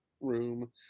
room